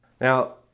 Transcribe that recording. Now